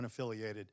unaffiliated